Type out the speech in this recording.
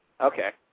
Okay